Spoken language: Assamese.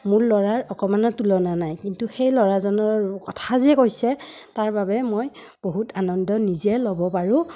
মোৰ ল'ৰাৰ অকণমানো তুলনা নাই কিন্তু সেই ল'ৰাজনৰ কথা যে কৈছে তাৰ বাবে মই বহুত আনন্দ নিজে ল'ব পাৰোঁ